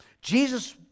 Jesus